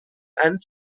and